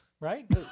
Right